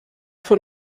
von